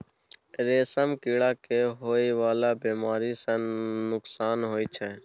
रेशम कीड़ा के होए वाला बेमारी सँ नुकसान होइ छै